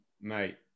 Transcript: Mate